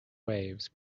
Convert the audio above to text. waves